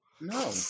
no